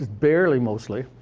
barely mostly.